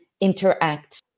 interact